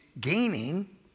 gaining